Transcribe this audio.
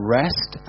rest